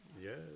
Yes